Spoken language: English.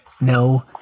No